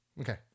Okay